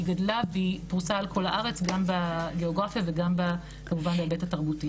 גדלה והיא פרוסה על כל הארץ גם בגיאוגרפיה וכמובן בהיבט התרבותי.